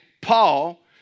Paul